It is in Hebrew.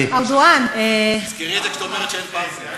את דעתנו, מי?